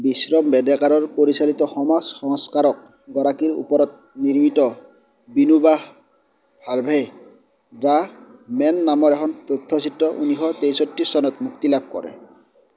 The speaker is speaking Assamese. বিশ্ৰম বেডেকাৰৰ পৰিচালিত সমাজ সংস্কাৰক গৰাকীৰ ওপৰত নিৰ্মিত বিনোভাস ভাৰ্ভে দা মেন নামৰ এখন তথ্যচিত্ৰ ঊনৈছশ তেষষ্ঠি চনত মুক্তি লাভ কৰে